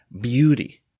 beauty